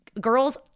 girls